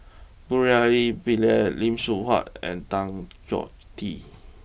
Murali Pillai Lim Seok Hui and Tan Choh Tee